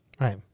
Right